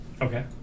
okay